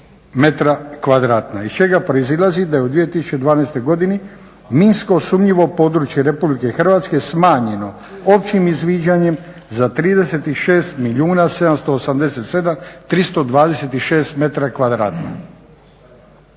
iz čega proizlazi da je u 2012. godini minsko sumnjivo područje Republike Hrvatske smanjeno općim izviđanjem za 36